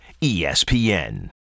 ESPN